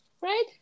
right